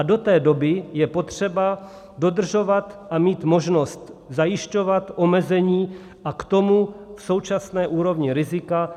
Do té doby je potřeba dodržovat a mít možnost zajišťovat omezení a k tomu současné úrovně rizika.